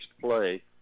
play